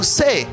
say